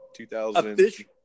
2000